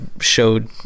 showed